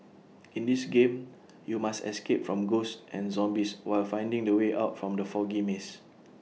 in this game you must escape from ghosts and zombies while finding the way out from the foggy maze